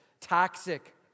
Toxic